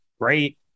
great